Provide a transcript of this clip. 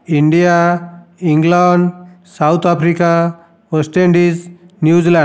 India England South Africa West Indies New Zealand